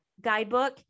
guidebook